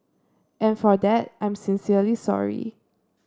and for that I'm sincerely sorry